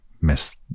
miss